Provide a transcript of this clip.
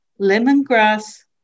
lemongrass